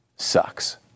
Sucks